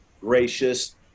gracious